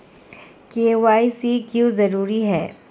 KYC क्यों जरूरी है?